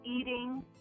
eating